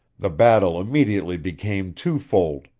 the battle immediately became two-fold